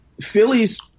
Philly's